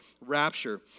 rapture